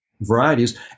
varieties